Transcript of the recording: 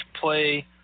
play